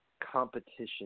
competition